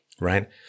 right